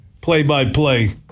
play-by-play